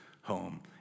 home